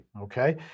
Okay